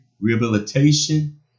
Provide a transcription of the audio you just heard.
rehabilitation